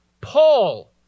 Paul